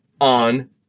on